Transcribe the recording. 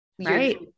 Right